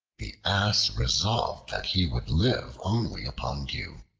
the ass resolved that he would live only upon dew,